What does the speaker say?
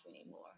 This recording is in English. anymore